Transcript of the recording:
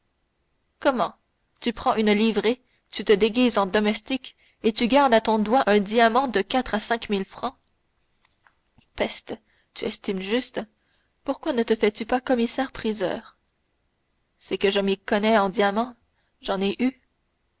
comment tu prends une livrée tu te déguises en domestique et tu gardes à ton doigt un diamant de quatre à cinq mille francs peste tu estimes juste pourquoi ne te fais-tu pas commissaire-priseur c'est que je m'y connais en diamants j'en ai eu